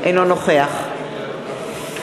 אינו נוכח אליהו ישי,